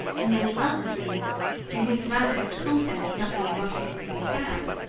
in many other dreams in whose manifest content nothing erotic can be found,